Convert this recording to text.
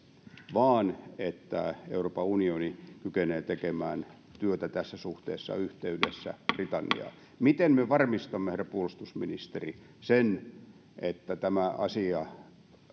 vaan että euroopan unioni kykenee tekemään työtä tässä suhteessa yhteydessä britanniaan miten me varmistamme herra puolustusministeri sen että tämä asia